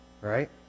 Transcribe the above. Right